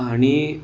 आणि